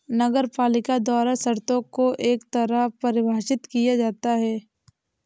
नगरपालिका द्वारा शर्तों को एकतरफा परिभाषित किया जाता है